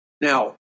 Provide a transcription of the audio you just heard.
Now